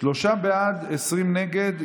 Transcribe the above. שלושה בעד, 20 נגד.